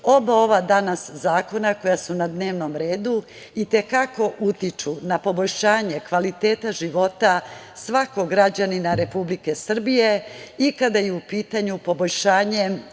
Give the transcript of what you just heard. ova današnja zakona koja su na dnevnom redu i te kako utiču na poboljšanje kvaliteta života svakog građanina Republike Srbije i kada je u pitanju poboljšanje